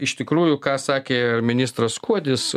iš tikrųjų ką sakė ministras kuodis